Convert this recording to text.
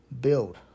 build